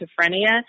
schizophrenia